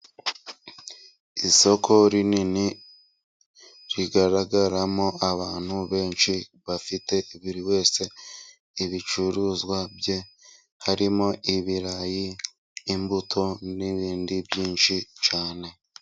Isoko rinini rigaragaramo abantu benshi, bafite buri wese ibicuruzwa bye. Harimo ibirayi, imbuto n'ibindi byinshi cyane.